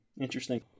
Interesting